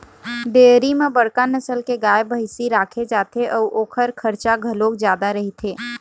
dairy म बड़का नसल के गाय, भइसी राखे जाथे अउ ओखर खरचा घलोक जादा रहिथे